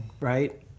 Right